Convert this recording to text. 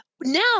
Now